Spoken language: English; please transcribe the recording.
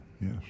Yes